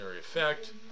effect